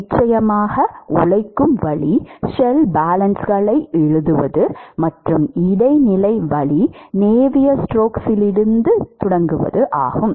நிச்சயமாக உழைக்கும் வழி ஷெல் பேலன்ஸ்களை எழுதுவது மற்றும் இடைநிலை வழி நேவியர் ஸ்டோக்ஸிலிருந்து தொடங்குவதாகும்